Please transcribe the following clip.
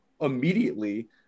immediately